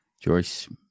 Joyce